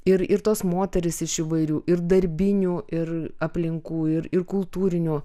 ir ir tos moterys iš įvairių ir darbinių ir aplinkų ir ir kultūrinių